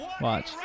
Watch